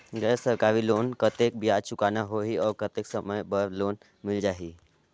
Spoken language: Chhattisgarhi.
गैर सरकारी लोन मे कतेक ब्याज चुकाना होही और कतेक समय बर लोन मिल जाहि?